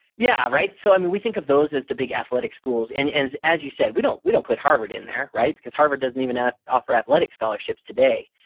yeah right, so we think of those as the big athletic schools and as as you said, we don't we don't put harvard in there, right? because harvard doesn't even ah offer athletic scholarships today.